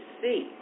see